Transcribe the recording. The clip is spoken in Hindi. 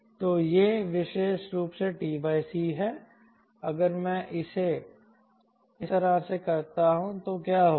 तो यह विशेष रूप से t c है अगर मैं इसे इस तरह से करता हूं तो क्या होगा